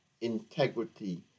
integrity